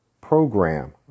program